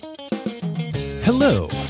Hello